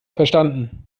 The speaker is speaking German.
verstanden